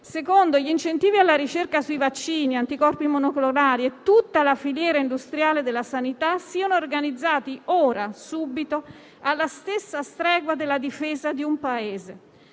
luogo, gli incentivi alla ricerca sui vaccini, anticorpi monoclonali e tutta la filiera industriale della sanità siano organizzati subito, alla stessa stregua della difesa di un Paese.